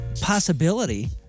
possibility